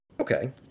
Okay